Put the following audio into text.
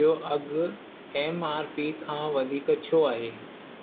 जो अघु M R P खां वधीक छो आहे